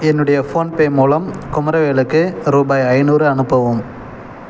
என்னுடைய ஃபோன்பே மூலம் குமரவேலுக்கு ரூபாய் ஐந்நூறு அனுப்பவும்